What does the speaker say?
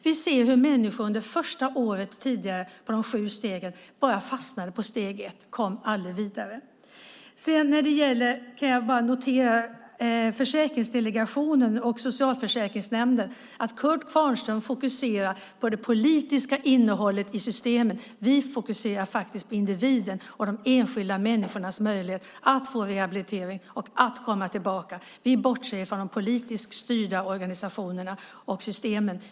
Vi kunde tidigare se hur människor under första året fastnade på steg ett av de sju stegen och aldrig kom vidare. Vad gäller försäkringsdelegationer och socialförsäkringsnämnder fokuserar Kurt Kvarnström på det politiska innehållet i systemet. Vi fokuserar på individen och enskilda människors möjlighet att få rehabilitering och komma tillbaka. Vi bortser från de politiskt styrda organisationerna och systemet.